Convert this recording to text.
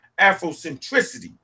Afrocentricity